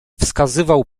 wskazywał